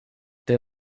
they